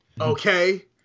Okay